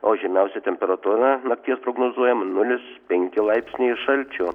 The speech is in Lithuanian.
o žemiausia temperatūra nakties prognozuojam nulis penki laipsniai šalčio